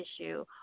issue